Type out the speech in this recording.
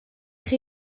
chi